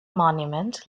monument